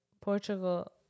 Portugal